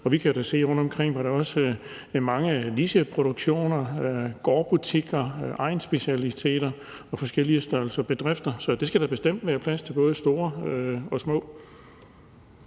Og vi kan da se rundtomkring, at der også er mange nicheproduktioner, gårdbutikker, egnsspecialiteter og forskellige størrelser bedrifter, så der skal bestemt være plads til både store og små.